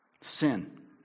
sin